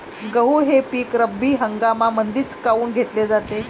गहू हे पिक रब्बी हंगामामंदीच काऊन घेतले जाते?